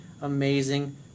amazing